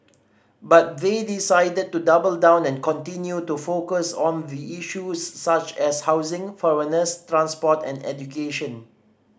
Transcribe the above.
but they decided to double down and continue to focus on the issues such as housing foreigners transport and education